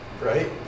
Right